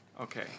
Okay